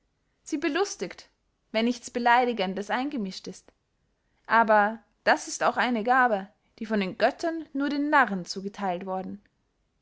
sie belustigt wenn nichts beleidigendes eingemischt ist aber das ist auch eine gabe die von den göttern nur den narren zugetheilt worden